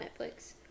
netflix